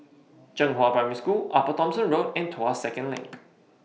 Zhenghua Primary School Upper Thomson Road and Tuas Second LINK